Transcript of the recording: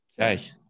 Okay